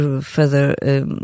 further